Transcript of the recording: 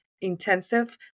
intensive